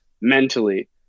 mentally